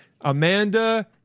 Amanda